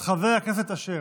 אז חבר הכנסת אשר.